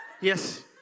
Yes